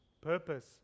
purpose